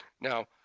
Now